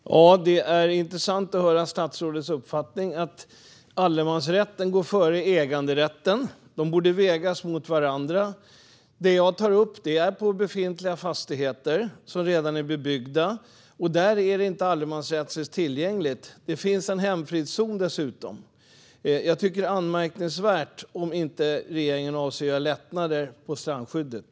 Herr talman! Det är intressant att höra statsrådets uppfattning att allemansrätten går före äganderätten. De borde vägas mot varandra. Det jag tar upp handlar om befintliga fastigheter som redan är bebyggda. Där är inte allemansrätten tillgänglig. Det finns en hemfridszon dessutom. Jag tycker att det är anmärkningsvärt om regeringen inte avser att göra lättnader på strandskyddet.